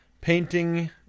painting